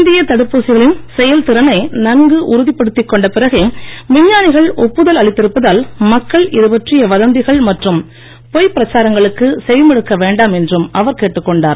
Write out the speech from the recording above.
இந்தியத் தடுப்பூசிகளின் செயல்திறனை நன்கு உறுதிப்படுத்திக் கொண்ட பிறகே விஞ்ஞானிகள் ஒப்புகல் அளித்திருப்பதால் மக்கள் இதுபற்றிய வதந்திகள் மற்றும் பொய்ப் பிரச்சாரங்களுக்கு செவிமடுக்க வேண்டாம் என்றும் அவர் கேட்டுக் கொண்டார்